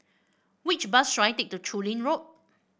which bus should I take to Chu Lin Road